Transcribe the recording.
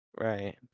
right